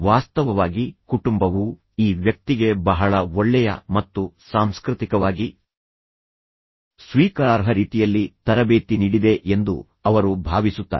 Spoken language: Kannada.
ವಾಸ್ತವವಾಗಿ ಕುಟುಂಬವು ಈ ವ್ಯಕ್ತಿಗೆ ಬಹಳ ಒಳ್ಳೆಯ ಮತ್ತು ಸಾಂಸ್ಕೃತಿಕವಾಗಿ ಸ್ವೀಕಾರಾರ್ಹ ರೀತಿಯಲ್ಲಿ ತರಬೇತಿ ನೀಡಿದೆ ಎಂದು ಅವರು ಭಾವಿಸುತ್ತಾರೆ